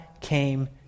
came